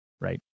right